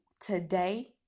today